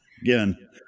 Again